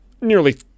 nearly